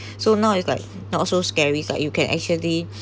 so now is like not so scary like you can actually